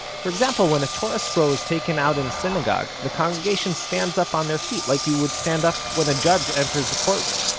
for example, when a torah scroll is taken out in a synagogue, the congregation stands up on their feet like you would stand up when a judge enters the courtroom.